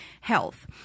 health